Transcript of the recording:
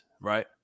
Right